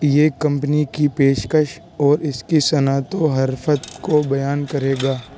یہ کمپنی کی پیشکش اور اس کی صنعت و حرفت کو بیان کرے گا